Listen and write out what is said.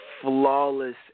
flawless